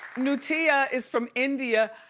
nutia is from india.